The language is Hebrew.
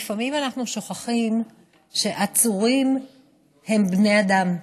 לפעמים אנחנו שוכחים שעצורים הם בני אדם,